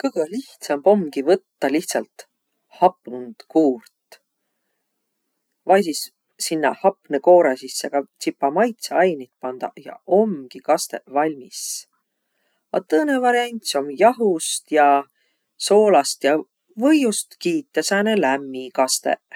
Kõgõ lihtsämb omgi võttaq lihtsält hapund kuurt. Vai sis sinnäq hapnõ koorõ sisse ka tsipa maitsõainit pandaq ja omgiq kastõq valmis. A tõnõ variants om jahust ja soolast ja võiust kiitäq sääne lämmi kastõq.